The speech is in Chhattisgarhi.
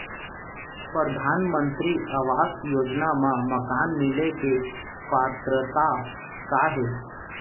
परधानमंतरी आवास योजना मा मकान मिले के पात्रता का हे?